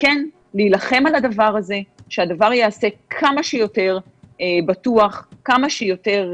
וכן להילחם על הדבר הזה שהדבר ייעשה כמה שיותר בטוח וכמה שיותר